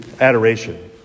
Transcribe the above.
adoration